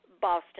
Boston